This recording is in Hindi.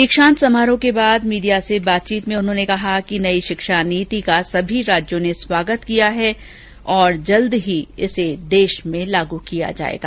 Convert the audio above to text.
दीक्षांत समारोह के बाद मीडिया से बातचीत में उन्होंने कहा कि नई शिक्षा नीति का सभी राज्यों ने स्वागत किया है और जल्द ही इस देश में लागू किया जायेगा